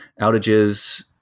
Outages